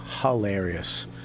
hilarious